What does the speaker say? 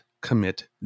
commit